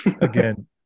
again